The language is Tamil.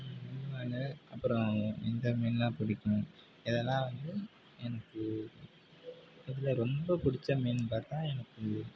வாலை அப்புறம் இந்த மீனெல்லாம் பிடிக்கும் இதெல்லாம் வந்து எனக்கு இதில் ரொம்ப பிடிச்ச மீனுன்னு பார்த்தா எனக்கு